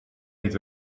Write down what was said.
niet